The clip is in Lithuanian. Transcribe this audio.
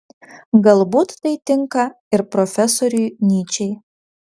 galbūt tai tinka ir profesoriui nyčei